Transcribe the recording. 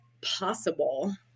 possible